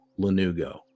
Lanugo